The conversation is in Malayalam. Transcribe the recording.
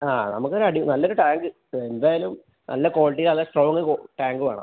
ആ നമ്മക്ക് അടി നല്ല ഒര് ടാങ്ക് എന്തായാലും നല്ല ക്വാളിറ്റി നല്ല സ്ട്രോംഗ് ക്വ ടാങ്ക് വേണം